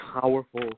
powerful